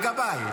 לגביי,